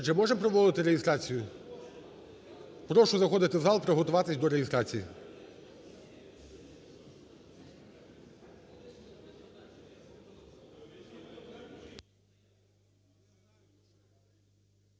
можемо проводити реєстрацію? Прошу заходити в зал приготуватись до реєстрації.